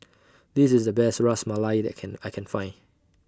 This IS The Best Ras Malai that Can I Can Find